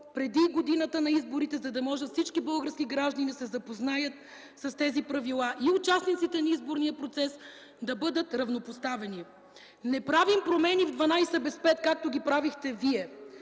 преди годината на изборите, за да може всички български граждани да се запознаят с тези правила и участниците в изборния процес да бъдат равнопоставени. Не правим промени в дванадесет без пет, както ги правихте вие.